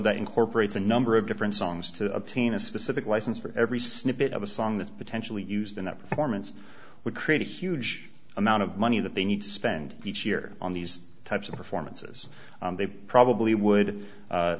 that incorporates a number of different songs to obtain a specific license for every snippet of a song that's potentially used in a performance would create a huge amount of money that they need to spend each year on these types of performances they probably would